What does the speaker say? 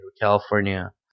California